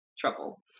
trouble